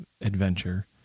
adventure